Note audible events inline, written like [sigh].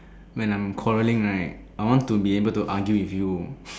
when I'm quarreling right I want to be able to argue with you [noise]